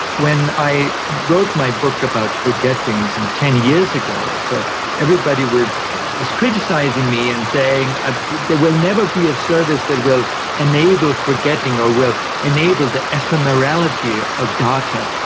when i wrote my book about forgetting some ten years ago, so everybody was was criticising me and saying ah there will never be a service that will enable forgetting or will enable the ephemerality of data.